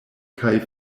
kaj